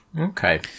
okay